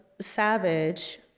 Savage